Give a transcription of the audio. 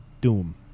Doom